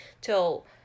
till